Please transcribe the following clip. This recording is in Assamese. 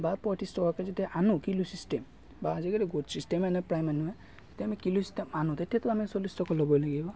বা পঁয়ত্ৰিছ টকাকে যদি আনো কিলো চিষ্টেম বা আজিকালি গোট চিষ্টেমে আনে প্ৰায় মানুহে যদি আমি কিলো চিষ্টেম আনো তেতিয়াতো আমি চল্লিছ টকা ল'বই লাগিব